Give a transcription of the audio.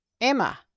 Emma